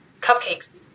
Cupcakes